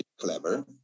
clever